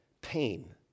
pain